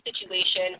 situation